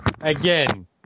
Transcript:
Again